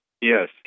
Yes